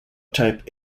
type